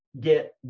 get